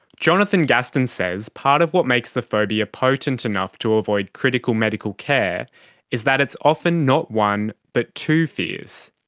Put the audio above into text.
jonathan gaston says part of what makes the phobia potent enough to avoid critical medical care is that it's often not one but two fears.